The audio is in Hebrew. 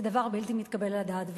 זה דבר בלתי מתקבל על הדעת.